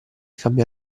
cambia